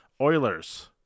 Oilers